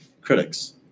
critics